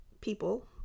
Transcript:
people